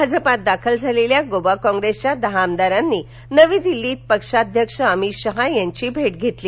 भाजपात दाखल झालेल्या गोवा काँग्रेसच्या दहा आमदारांनी नवी दिल्लीत घेतली पक्षाध्यक्ष अमित शहा यांची भेट घेतली